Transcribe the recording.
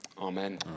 amen